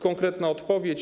Konkretna odpowiedź.